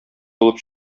булып